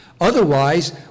Otherwise